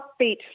upbeat